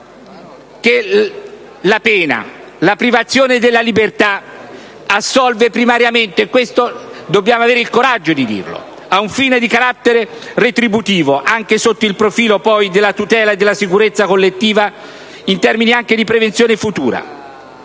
che la pena, la privazione della libertà assolve primariamente - questo dobbiamo avere il coraggio di dirlo - a un fine di carattere retributivo, anche sotto il profilo della tutela della sicurezza collettiva, anche in termini di prevenzione futura,